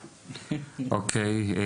אוקיי.